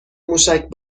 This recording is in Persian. موشک